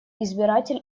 избиратель